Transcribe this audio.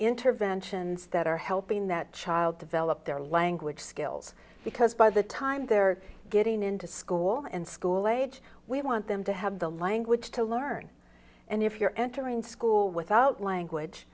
interventions that are helping that child develop their language skills because by the time they're getting into school and school age we want them to have the language to learn and if you're entering school without language